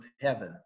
heaven